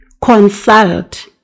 consult